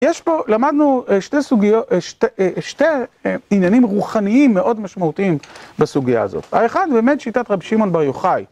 יש פה, למדנו שני עניינים רוחניים מאוד משמעותיים בסוגיה הזאת. האחד באמת שיטת רב שמעון בר יוחאי.